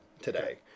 today